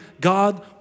God